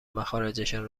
مخارجشان